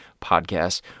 podcast